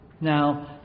Now